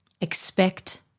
Expect